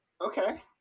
okay